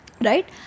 Right